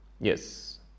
Yes